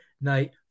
Night